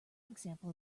example